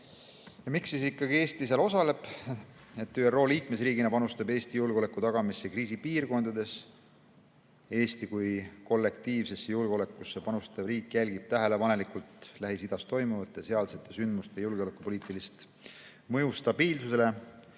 Miks ikkagi Eesti osaleb? ÜRO liikmesriigina panustab Eesti julgeoleku tagamisse kriisipiirkondades. Eesti kui kollektiivsesse julgeolekusse panustav riik jälgib tähelepanelikult Lähis-Idas toimuvat ja sealsete sündmuste julgeolekupoliitilist mõju stabiilsusele